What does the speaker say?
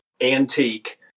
antique